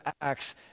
Acts